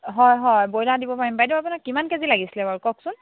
হয় হয় ব্ৰইলাৰ দিব পাৰিম বাইদেউ আপোনাক কিমান কেজি লাগিছিল বাৰু কওকচোন